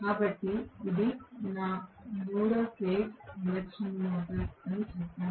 కాబట్టి ఇది నా 3 ఫేజ్ ఇండక్షన్ మోటర్ అని చెప్పండి